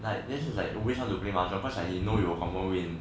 like this is like always like to play mahjong cause he know he'll confirm win